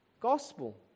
gospel